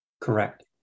Correct